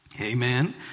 Amen